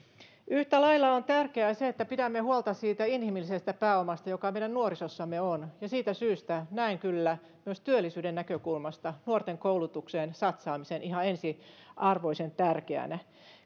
yhtä lailla on tärkeää se että pidämme huolta siitä inhimillisestä pääomasta joka meidän nuorisossamme on ja siitä syystä näen kyllä myös työllisyyden näkökulmasta nuorten koulutukseen satsaamisen ihan ensiarvoisen tärkeänä